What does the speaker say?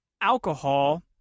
alcohol